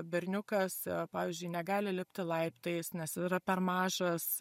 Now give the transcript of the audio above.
berniukas pavyzdžiui negali lipti laiptais nes yra per mažas